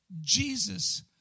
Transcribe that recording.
Jesus